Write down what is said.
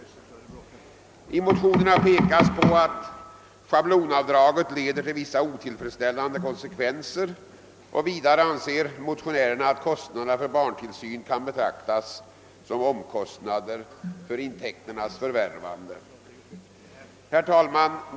I de väckta motionerna pekas på att schablonavdraget leder till vissa otillfredsställande konsekvenser, och vidare anser motionärerna att kostnaderna för barntillsyn kan betraktas som omkostnader för intäkternas förvärvande. Herr talman!